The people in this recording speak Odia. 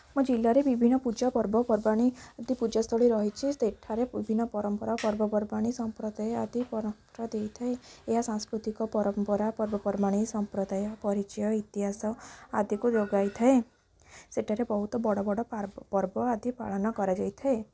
ମୋ ଜିଲ୍ଲାରେ ବିଭିନ୍ନ ପୂଜା ପର୍ବପର୍ବାଣି ଆଦି ପୂଜାସ୍ଥଳୀ ରହିଛି ସେଠାରେ ବିଭିନ୍ନ ପରମ୍ପରା ପର୍ବପର୍ବାଣି ସମ୍ପ୍ରଦାୟ ଆଦି ପରମ୍ପରା ଦେଇଥାଏ ଏହା ସାଂସ୍କୃତିକ ପରମ୍ପରା ପର୍ବପର୍ବାଣି ସମ୍ପ୍ରଦାୟ ପରିଚୟ ଇତିହାସ ଆଦିକୁ ଯୋଗାଇଥାଏ ସେଠାରେ ବହୁତ ବଡ଼ ବଡ଼ ପର୍ବ ଆଦି ପାଳନ କରାଯାଇଥାଏ